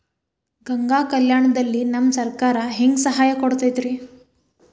ಗಂಗಾ ಕಲ್ಯಾಣ ದಲ್ಲಿ ನಮಗೆ ಸರಕಾರ ಹೆಂಗ್ ಸಹಾಯ ಕೊಡುತೈತ್ರಿ?